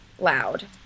loud